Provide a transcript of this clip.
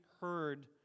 heard